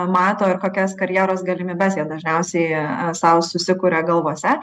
mato ir kokias karjeros galimybes jie dažniausiai sau susikuria galvose